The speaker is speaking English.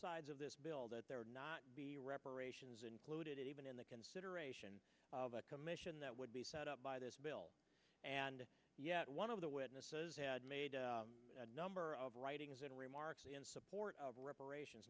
sides of this bill that there would not be reparations included even in the consideration of a commission that would be set up by this bill and yet one of the witnesses had made a number of writings and remarks in support of reparations